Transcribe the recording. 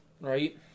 right